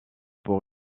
pour